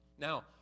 Now